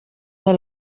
her